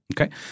Okay